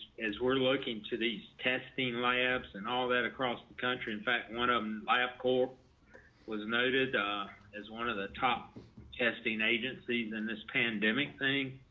we're looking to the testing layups and all that across the country. in fact, one of them by up core was noted as one of the top testing agencies in this pandemic thing.